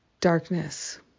darkness